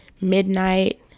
Midnight